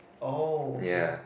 oh okay